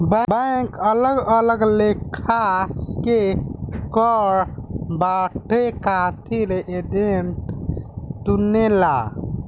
bank अलग अलग लेखा के कर बांटे खातिर एजेंट चुनेला